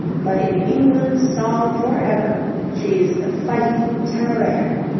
but in england's song for ever she's the fighting temeraire